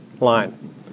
line